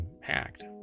hacked